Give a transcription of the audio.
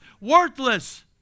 worthless